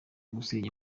gusenya